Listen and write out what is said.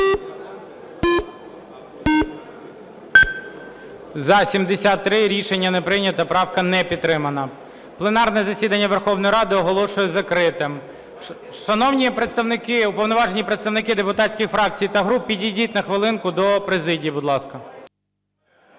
За-73 Рішення не прийнято. Правка не підтримана. Пленарне засідання Верховної Ради оголошую закритим. Шановні уповноважені представники депутатських фракцій та груп, підійдіть на хвилинку до президії, будь ласка.